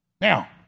Now